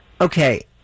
okay